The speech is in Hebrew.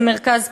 זה מרכז פתוח,